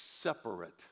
separate